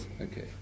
okay